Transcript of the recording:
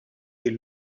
est